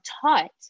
taught